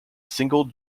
single